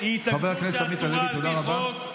שהיא התאגדות אסורה על פי חוק,